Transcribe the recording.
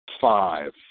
Five